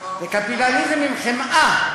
זה קפיטליזם עם חמאה.